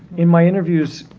in my interviews,